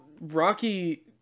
Rocky